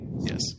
Yes